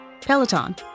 Peloton